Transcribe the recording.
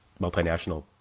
multinational